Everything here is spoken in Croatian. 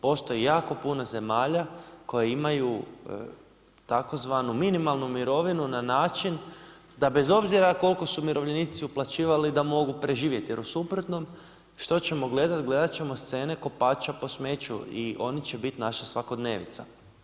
Postoji jako puno zemalja koje imaju tzv. minimalnu mirovinu na način da bez obzira koliko su umirovljenici uplaćivali da mogu preživjeti jer u suprotnom što ćemo gledati, gledat ćemo scene kopača po smeću i oni će biti naša svakodnevica.